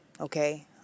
Okay